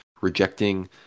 rejecting